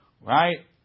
Right